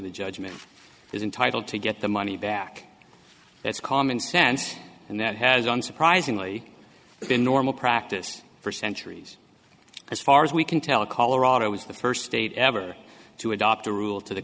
the judgment is entitled to get the money back that's common sense and that has unsurprisingly been normal practice for centuries as far as we can tell colorado is the first state ever to adopt a rule to the